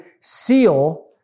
seal